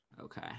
okay